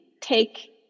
take